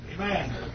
Amen